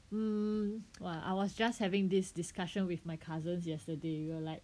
um !wah! I was just having this discussion with my cousins yesterday we were like